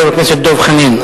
חבר הכנסת דב חנין,